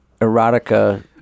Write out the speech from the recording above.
erotica